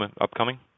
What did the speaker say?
upcoming